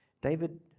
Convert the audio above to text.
David